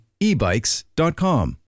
ebikes.com